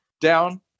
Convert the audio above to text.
down